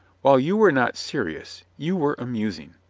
while you were not serious, you were amusing.